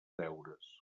deures